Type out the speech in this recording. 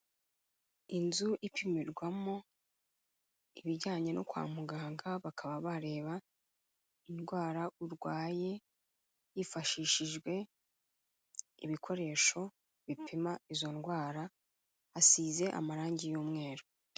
Inzu ipimirwamo ibijyanye no kwa muganga bakaba bareba indwara urwaye, hifashishijwe ibikoresho bipima izo ndwara, hasize amarangi y'umweru.